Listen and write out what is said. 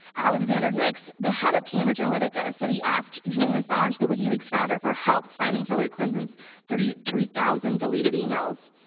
alexander nix, the head of cambridge analytica said he asked julian assange, the wikileaks founder for help finding hillary clinton's thirty three thousand deleted emails.